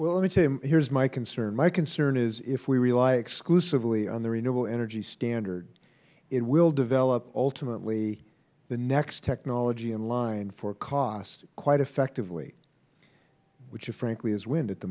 inslee let me tell you here is my concern my concern is if we rely exclusively on the renewable energy standard it will develop ultimately the next technology in line for cost quite effectively which frankly is wind at the